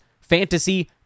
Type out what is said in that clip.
Fantasy